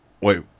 wait